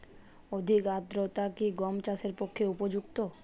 অধিক আর্দ্রতা কি গম চাষের পক্ষে উপযুক্ত?